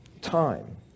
time